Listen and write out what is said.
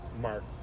Mark